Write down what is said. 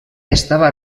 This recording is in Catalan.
estava